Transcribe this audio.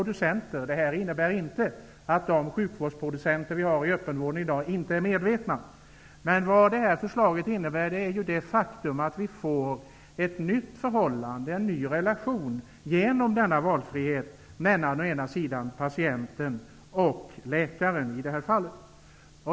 Men det innebär inte att dagens konsumenter inom öppenvården inte är medvetna. Med detta förslag uppstår det genom denna valfrihet ett nytt förhållande, en ny relation mellan patienten och läkaren.